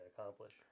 accomplish